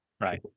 right